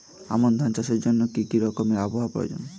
আমন ধান চাষের জন্য কি রকম আবহাওয়া প্রয়োজন?